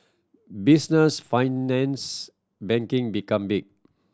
business finance banking became big